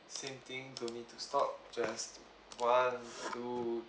same thing no need to stop just one two